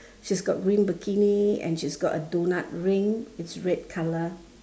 she's got green bikini and she's got a doughnut ring it's red colour